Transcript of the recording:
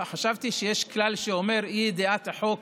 חשבתי שיש כלל שאומר: אי-ידיעת החוק